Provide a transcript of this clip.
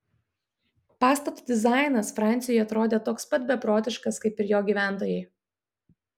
pastato dizainas franciui atrodė toks pat beprotiškas kaip ir jo gyventojai